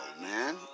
man